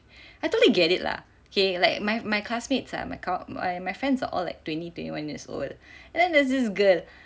I totally get it lah okay like my my classmates ah my my my friends are all like twenty twenty one years old and then there's this girl